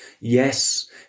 Yes